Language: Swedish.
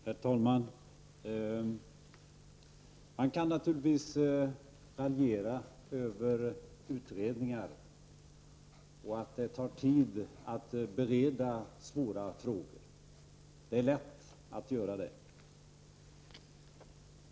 Herr talman! Man kan naturligtvis raljera över utredningar och över att det tar tid att bereda svåra frågor. Det är lätt att göra det.